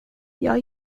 jag